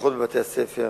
הדרכות בבתי-הספר,